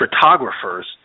photographers